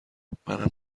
منم